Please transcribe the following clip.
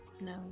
No